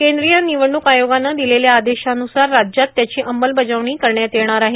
कद्रीय ानवडणूक आयोगानं ादलेल्या आदेशान्रसार राज्यात त्याची अंमलबजावणी करण्यात येणार आहे